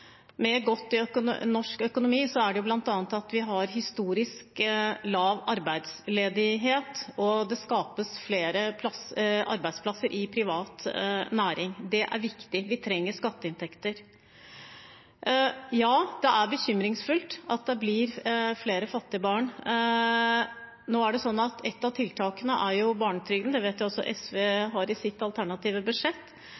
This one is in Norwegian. Med god norsk økonomi har vi bl.a. historisk lav arbeidsledighet, og det skapes flere arbeidsplasser i privat næringsliv. Det er viktig. Vi trenger skatteinntekter. Ja, det er bekymringsfullt at det blir flere fattige barn. Ett av tiltakene er barnetrygden. Det vet jeg også